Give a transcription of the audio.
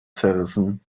zerrissen